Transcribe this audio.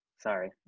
Sorry